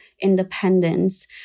independence